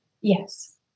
yes